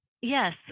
Yes